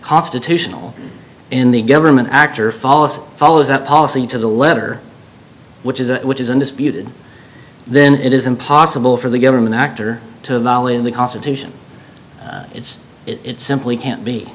constitutional in the government act or follows follows that policy to the letter which is a which is undisputed then it is impossible for the government actor to volley in the constitution it's it simply can't be